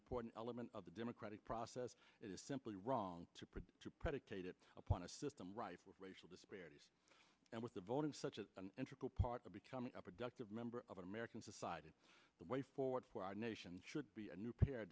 important element of the democratic process it is simply wrong to put predicated upon a system rife with racial disparities and with the voting such as an integral part of becoming a productive member of american society the way forward for our nation should be a new pa